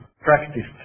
practiced